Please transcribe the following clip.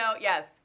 yes